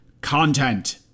content